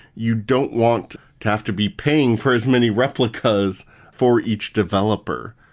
you don't want to have to be paying for as many replicas for each developer.